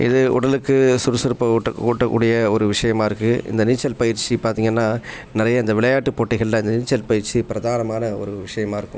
இது உடலுக்கு சுறுசுறுப்பை ஊட்டக் ஊட்டக்கூடிய ஒரு விஷியமாக இருக்கு இந்த நீச்சல் பயிற்சி பார்த்தீங்கன்னா நிறைய இந்த விளையாட்டுப் போட்டிகளில் இந்த நீச்சல் பயிற்சி பிரதானமான ஒரு விஷியமாக இருக்கும்